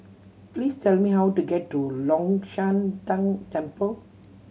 please tell me how to get to Long Shan Tang Temple